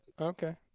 Okay